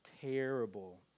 terrible